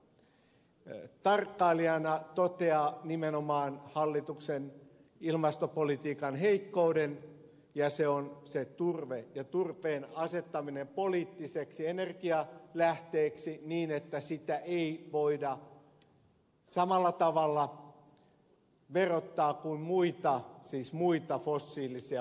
hän kokeneena tarkkailijana toteaa nimenomaan hallituksen ilmastopolitiikan heikkouden ja se on se turve ja turpeen asettaminen poliittiseksi energianlähteeksi niin että sitä ei voida samalla tavalla verottaa kuin muita fossiilisia polttoaineita